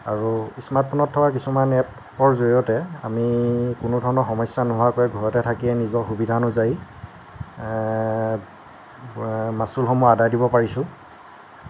আৰু স্মাৰ্টফোনত থকা কিছুমান এপৰ জড়িয়তে আমি কোনো ধৰণৰ সমস্যা নোহোৱাকৈ ঘৰতে থাকিয়ে নিজৰ সুবিধা অনুযায়ী মাছুলসমূহ আদায় দিব পাৰিছোঁ